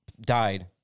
died